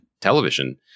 television